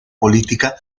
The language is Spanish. política